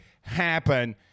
happen